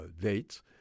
dates